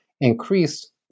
increased